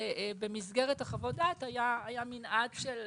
ובמסגרת חוות הדעת היה מנעד של